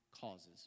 causes